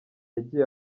yagiye